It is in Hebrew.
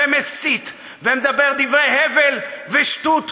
מסית ומדבר דברי הבל ושטות,